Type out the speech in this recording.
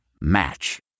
Match